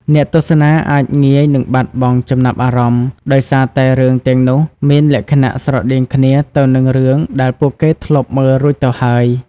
អ្នកទស្សនាអាចងាយនឹងបាត់បង់ចំណាប់អារម្មណ៍ ដោយសារតែរឿងទាំងនោះមានលក្ខណៈស្រដៀងគ្នាទៅនឹងរឿងដែលពួកគេធ្លាប់មើលរួចទៅហើយ។